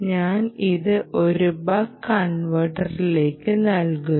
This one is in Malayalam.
ഞാൻ ഇത് ഒരു ബക്ക് കൺവെർട്ടറിലേക്ക് നൽകും